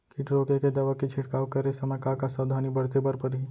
किट रोके के दवा के छिड़काव करे समय, का का सावधानी बरते बर परही?